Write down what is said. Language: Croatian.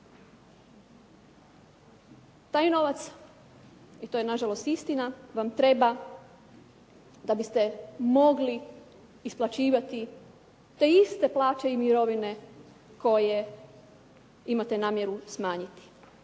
Taj novac, i to je nažalost istina, vam treba da biste mogli isplaćivati te iste plaće i mirovine koje imate namjeru smanjiti.